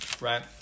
Right